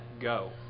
go